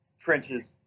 trenches